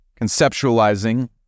conceptualizing